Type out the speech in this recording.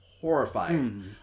horrifying